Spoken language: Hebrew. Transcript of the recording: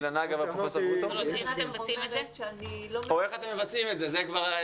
איך אתם מבצעים את זה?